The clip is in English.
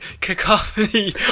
cacophony